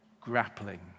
grappling